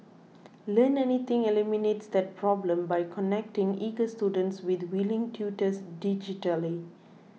Learn Anything eliminates that problem by connecting eager students with willing tutors digitally